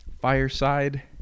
fireside